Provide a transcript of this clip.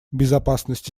безопасность